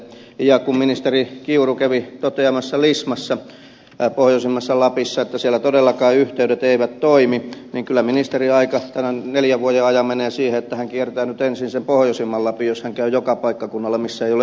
ja kun ministeri kiuru kävi toteamassa lismassa pohjoisimmassa lapissa että siellä todellakaan yhteydet eivät toimi niin kyllä ministerin aika tämän neljän vuoden ajan menee siihen että hän kiertää nyt ensin sen pohjoisimman lapin jos hän käy joka paikkakunnalla missä ei ole yhteyksiä lapissa